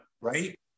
Right